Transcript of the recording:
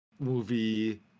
Movie